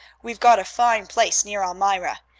we've got a fine place near elmira.